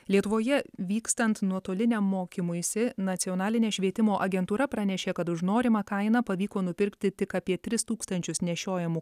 lietuvoje vykstant nuotoliniam mokymuisi nacionalinė švietimo agentūra pranešė kad už norimą kainą pavyko nupirkti tik apie tris tūkstančius nešiojamų